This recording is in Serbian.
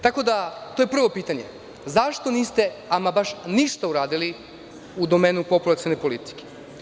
Tako da, to je prvo pitanje, zašto niste ama baš ništa uradili u domenu populacione politike?